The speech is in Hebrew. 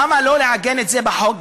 למה לא לעגן את זה בחוק?